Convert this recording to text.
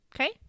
Okay